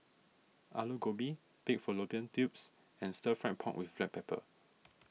Aloo Gobi Pig Fallopian Tubes and Stir Fried Pork with Black Pepper